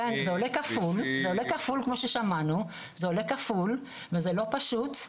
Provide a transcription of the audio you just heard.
כן, זה עולה כפול, כמו ששמענו וזה לא פשוט.